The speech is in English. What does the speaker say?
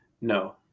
No